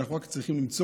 אנחנו רק צריכים למצוא